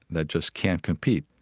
that just can't compete.